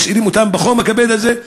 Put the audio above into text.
משאירים אותם בחום הכבד הזה?